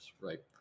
right